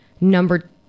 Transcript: number